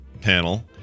panel